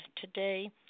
today